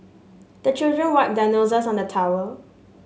the children wipe their noses on the towel